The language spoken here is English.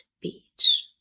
beach